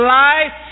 life